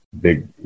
big